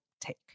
take